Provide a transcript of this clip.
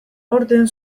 aurten